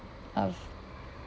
of